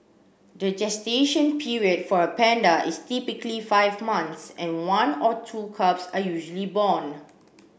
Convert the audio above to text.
the gestation period for a panda is typically five months and one or two cubs are usually born